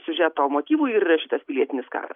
siužeto motyvų ir yra šitas pilietinis karas